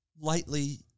lightly